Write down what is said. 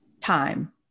time